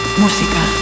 música